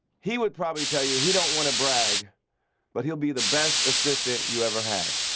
he would probably tell you he don't want to brag but he'll be the best assistant you ever had.